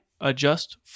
adjust